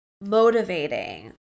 motivating